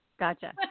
Gotcha